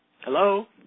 Hello